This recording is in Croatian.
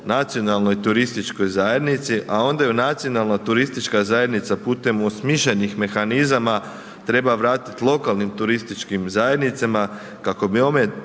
nacionalnoj turističkoj zajednici a onda ju nacionalna turistička zajednica putem osmišljenih mehanizama treba vratiti lokalnim turističkim zajednicama kako bi one